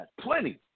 Plenty